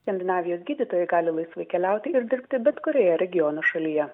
seminarijos gydytojai gali laisvai keliauti ir dirbti bet kurioje regiono šalyje